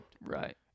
Right